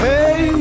Hey